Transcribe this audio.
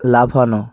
লাফানো